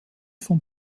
von